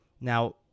Now